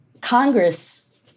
Congress